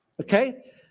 okay